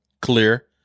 clear